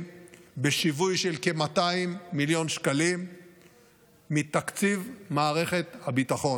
בשווי של כ-200 מיליון שקלים מתקציב מערכת הביטחון.